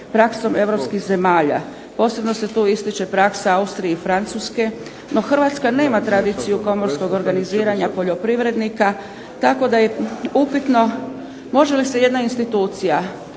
praksom europskih zemalja. Posebno se tu ističe praksa Austrije i Francuske, no Hrvatska nema tradiciju komorskog organiziranja poljoprivrednika, tako da je upitno može li se jedna institucija